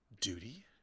Duty